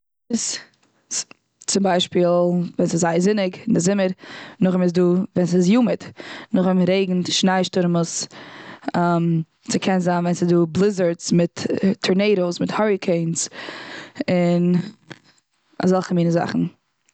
צום ביישפיל ווען ס'איז זייער זוניג, און די זומער. נאך דעם איז דא ווען ס'איז הומיד, נאך דעם רעגנט, שניי שטורעמעס, ס'קען זיין ווען ס'דא בליזערדס, מיט טערנעדאוס, און הוריקעינס, און אזעלכע מינע זאכן.